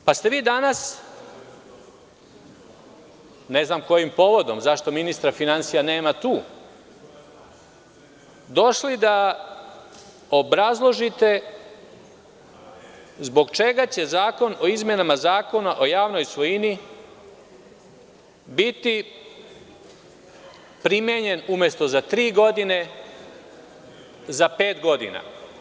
Danas ste, ne znam kojim povodom, zašto ministra finansija nema tu, došli da obrazložite zbog čega će zakon o izmenama Zakona o javnoj svojini biti primenjen, umesto za tri godine, za pet godina.